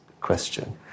question